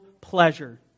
pleasure